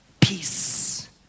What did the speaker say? Peace